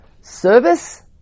service